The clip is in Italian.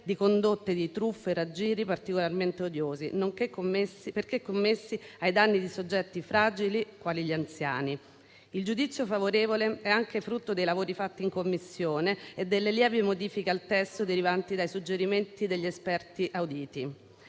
di condotte quali truffe e raggiri particolarmente odiosi, perché commessi ai danni di soggetti fragili quali gli anziani. Il giudizio favorevole è anche frutto dei lavori fatti in Commissione e delle lievi modifiche al testo derivanti dai suggerimenti degli esperti auditi.